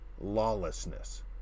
lawlessness